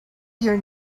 your